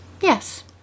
Yes